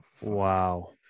Wow